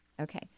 Okay